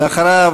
ואחריו,